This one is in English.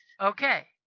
okay